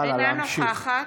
הלאה, להמשיך.